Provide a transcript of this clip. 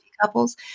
couples